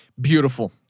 Beautiful